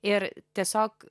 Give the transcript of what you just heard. ir tiesiog